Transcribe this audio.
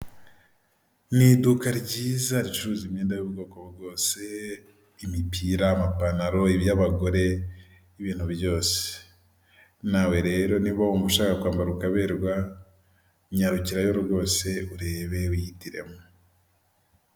Ni iduka ryiza ricuruza imyenda y'ubwoko bwose, imipira, amapantaro y'abagore ibintu byose, nawe rero niba ushaka kwambara ukaberwa myarukirayo rwose urebe wihitiremo.